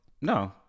No